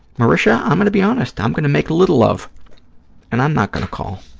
marisha, i'm going to be honest. i'm going to make a little of and i'm not going to call,